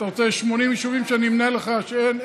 אתה רוצה 80 יישובים שאני אמנה לך שאין?